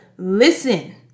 Listen